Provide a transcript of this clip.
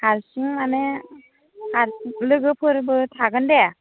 हारसिं मानि हारसिं लोगोफोरबो थागोन दे